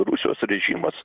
rusijos režimas